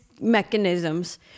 mechanisms